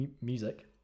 music